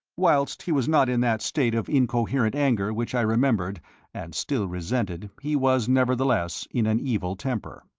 whilst he was not in that state of incoherent anger which i remembered and still resented, he was nevertheless in an evil temper.